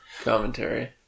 Commentary